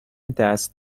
دست